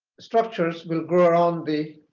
structures will grow around the